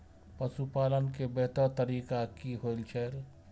पशुपालन के बेहतर तरीका की होय छल?